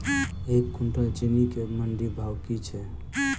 एक कुनटल चीनी केँ मंडी भाउ की छै?